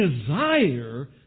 desire